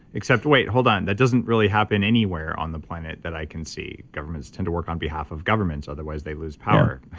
except wait, hold on. that doesn't really happen anywhere on the planet that i can see governments tend to work on behalf of governments, otherwise they lose power.